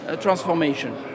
transformation